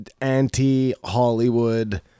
anti-Hollywood